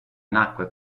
nacque